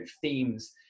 themes